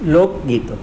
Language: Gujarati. લોકગીતો